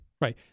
Right